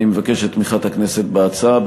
אני מבקש את תמיכת הכנסת בהצעה.